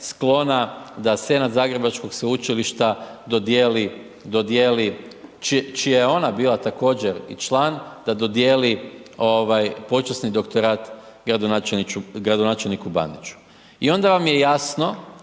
da senat Zagrebačkog Sveučilišta dodijeli, dodijeli, čija je ona bila također i član, da dodijeli ovaj počasni doktorat gradonačelniku Bandiću. I onda vam je jasno